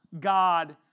God